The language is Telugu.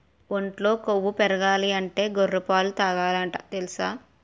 ఒంట్లో కొవ్వు పెరగాలంటే గొర్రె పాలే తాగాలట తెలుసా?